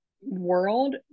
world